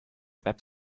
web